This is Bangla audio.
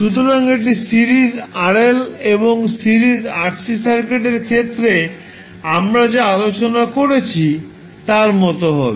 সুতরাং এটি সিরিজ RL বা সিরিজ RC সার্কিটের ক্ষেত্রে আমরা যা আলোচনা করেছি তার মতো হবে